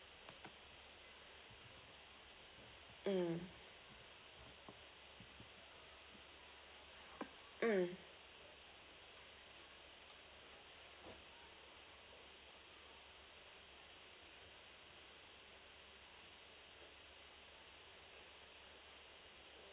mm mm